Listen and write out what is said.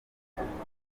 gutegurwa